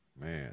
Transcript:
man